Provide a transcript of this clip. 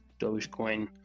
Dogecoin